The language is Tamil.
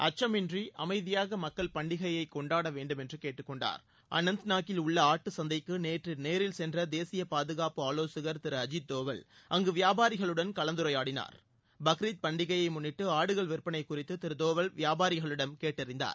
அச்சமின்றி அமைதியாக மக்கள் பண்டிகையை கொண்டாட வேணடும் என்று கேட்டுக்கொண்டார் அனந்தநாக் கில் உள்ள ஆட்டு சந்தைக்கு நேற்று நேரில் சென்ற தேசிய பாதுகாப்பு ஆலோசகர் திரு அஜீத் தோவல் அங்கு வியாபாரிகளுடன் கலந்துரையாடினார் பக்ரித் பண்டிகையை முன்னிட்டு ஆடுகள் விற்பனை குறித்து திரு தோவல் வியாபாரிகளிடம் கேட்டறிந்தார்